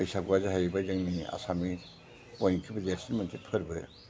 बैसागुआ जाहैबाय जोंनि आसामनि बयनिख्रुइबो देरसिन मोनसे फोरबो